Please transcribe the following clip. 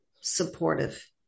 supportive